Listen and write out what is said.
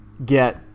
Get